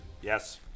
Yes